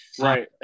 Right